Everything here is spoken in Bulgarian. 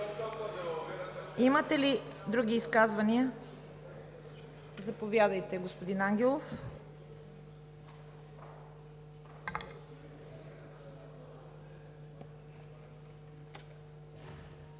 Имате ли други изказвания? Заповядайте, господин Ангелов.